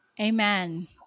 Amen